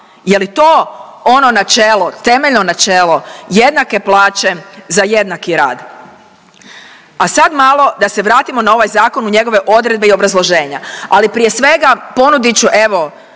Je li to ono načelo, temeljno načelo jednake plaće za jednaki rad? A sad malo da se vratimo na ovaj zakon u njegove odredbe i obrazloženja, ali prije svega ponudit ću evo